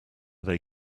they